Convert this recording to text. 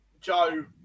Joe